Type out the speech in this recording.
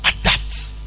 adapt